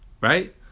right